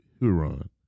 Huron